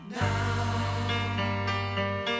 now